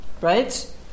right